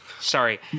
Sorry